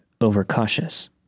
overcautious